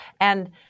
And-